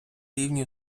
рівні